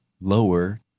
lower